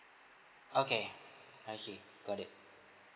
okay I see got it